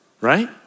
Right